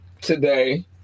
today